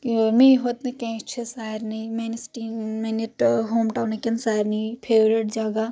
میٚیہِ ہوت نہٕ کینٛہہ یہِ چھِ سارنٕے میٲنِس سٹی میانہِ ہوم ٹاون کٮ۪ن سارنٕے فیورٹ جگہ